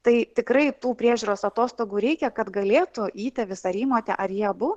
tai tikrai tų priežiūros atostogų reikia kad galėtų įtėvis ar įmotė ar jie abu